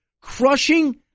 crushing